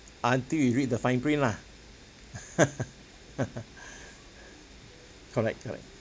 until you read the fine print lah correct correct